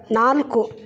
ನಾಲ್ಕು